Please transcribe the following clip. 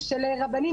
שלום לכולכם,